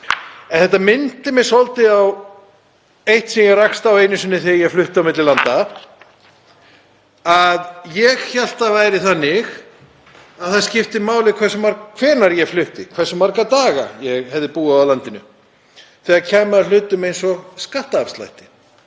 Þetta minnti mig svolítið á eitt sem ég rakst á einu sinni á þegar ég flutti á milli landa. Ég hélt að það væri þannig að það skipti máli hvenær ég flytti, hversu marga daga ég hefði búið í landinu, þegar kæmi að hlutum eins og skattafslætti.